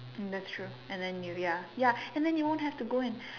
natural and then you ya ya and then you won't have to go and